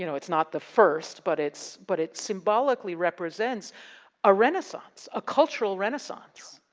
you know it's not the first but it's but it's symbolically represents a renaissance, a cultural renaissance.